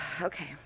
okay